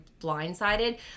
blindsided